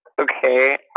Okay